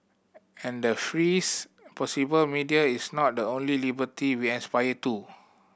and the freest possible media is not the only liberty we aspire to